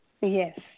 Yes